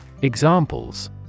Examples